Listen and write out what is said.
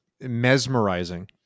mesmerizing